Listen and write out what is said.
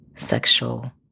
sexual